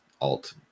alt